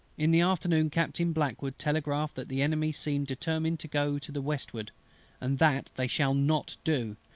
in the afternoon captain blackwood telegraphed that the enemy seemed determined to go to the westward and that they shall not do,